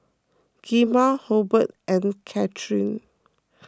Gemma Hobert and Katlynn